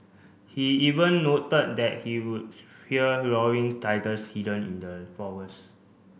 he even noted that he would hear roaring tigers hidden in the forest